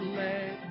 let